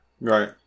Right